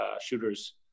shooters